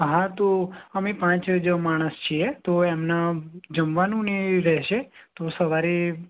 હા તો અમે પાંચ જ માણસ છીએ તો એમના જમવાનું ને એ રહેશે તો સવારે